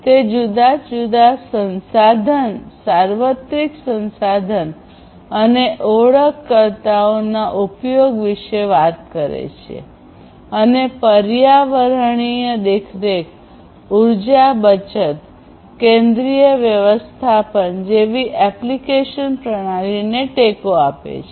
તે જુદા જુદા સંસાધન સાર્વત્રિક સંસાધન અને ઓળખકર્તાઓના ઉપયોગ વિશે વાત કરે છે અને પર્યાવરણીય દેખરેખ ઉર્જા બચત કેન્દ્રિય વ્યવસ્થાપન જેવી એપ્લિકેશન પ્રણાલીને ટેકો આપે છે